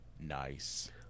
Nice